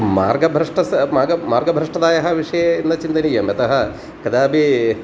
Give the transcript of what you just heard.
मार्गभ्रष्टः मार्गः मार्गभ्रष्टतायाः विषये न चिन्तनीयम् अतः कदापि